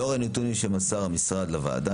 לאור הנתונים שמסר המשרד לוועדה,